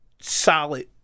solid